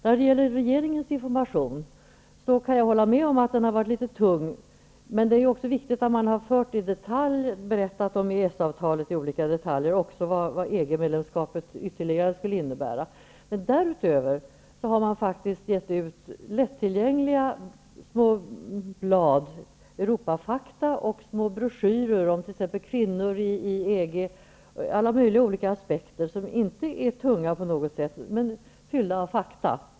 När det gäller regeringens information kan jag hålla med om att den har varit litet tung, men det är också viktigt att man i detalj har berättat om EES avtalet och om vad EG-medlemskapet skulle innebära. Därutöver har det faktiskt getts ut lättillgängliga små blad med Europafakta, små broschyrer om t.ex. kvinnor i EG ur alla möjliga aspekter, som inte är tunga på något sätt men ändå fyllda av fakta.